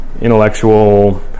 intellectual